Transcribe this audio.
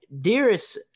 dearest